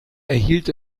erhielt